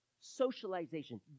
socialization